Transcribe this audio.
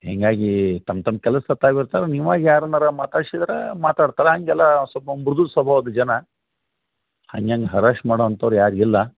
ಹೀಗಾಗಿ ತಮ್ಮ ತಮ್ಮ ಕೆಲಸದಾಗೆ ತಾವು ಇರ್ತಾರೆ ನೀವಾಗಿ ಯಾರಾನ್ನಾರೂ ಮಾತಾಡ್ಸಿದ್ರ ಮಾತಾಡ್ತಾರೆ ಹಾಗೆಲ್ಲ ಸ್ವಲ್ಪ ಮೃದು ಸ್ವಭಾವದ ಜನ ಹಂಗೆಂಗೆ ಹರಾಶ್ ಮಾಡೋಂಥವ್ರು ಯಾರೂ ಇಲ್ಲ